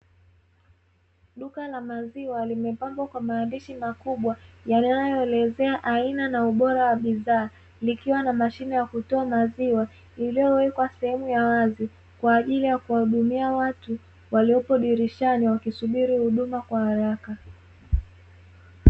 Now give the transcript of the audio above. Duka la maziwa limepangwa kwa maandishi makubwa yanayoelezea aina na ubora wa bidhaa, likiwa na mashine ya kutoa maziwa iliyowekwa sehemu ya wazi kwa ajili ya kuwahudumia watu waliopo dirishani wakisubiri huduma kwa haraka.